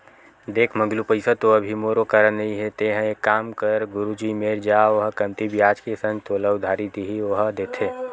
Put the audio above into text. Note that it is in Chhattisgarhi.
देख मंगलू पइसा तो अभी मोरो करा नइ हे तेंहा एक काम कर गुरुजी मेर जा ओहा कमती बियाज के संग तोला उधारी दिही ओहा देथे